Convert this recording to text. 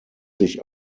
sich